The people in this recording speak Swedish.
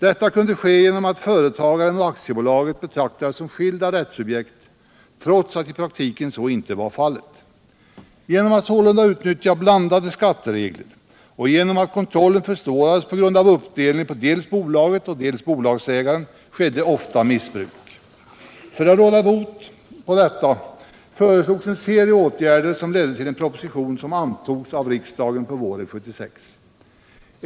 Detta kunde ske genom att företagaren och aktiebolaget betraktades som skilda rättssubjekt, trots att i praktiken så inte var fallet. Genom att det sålunda var möjligt utnyttja blandade skatteregler, och genom att kontrollen försvårades på grund av uppdelningen på dels bolaget, dels bolagsägaren, förekom ofta missbruk. För att råda bot på detta föreslogs en serie åtgärder som ledde till en proposition som antogs av riksdagen på våren 1976.